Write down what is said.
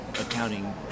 accounting